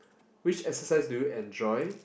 which exercise do you enjoy